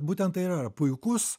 būtent tai yra puikus